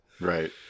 Right